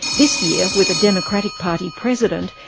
this year, with a democratic party president,